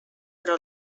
però